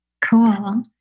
Cool